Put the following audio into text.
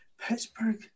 Pittsburgh